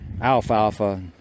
alfalfa